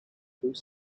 through